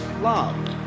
love